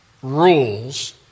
Rules